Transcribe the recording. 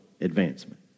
advancement